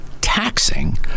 taxing